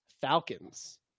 Falcons